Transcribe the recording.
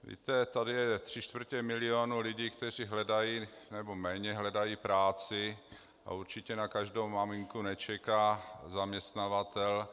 Víte, tady je 3/4 milionu lidí, kteří hledají nebo méně hledají práci, a určitě na každou maminku nečeká zaměstnavatel.